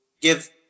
give